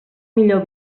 millor